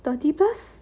thirty plus